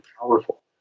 powerful